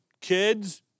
kids